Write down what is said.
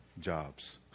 jobs